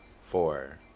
four